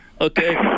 Okay